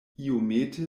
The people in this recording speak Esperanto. iomete